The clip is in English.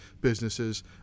businesses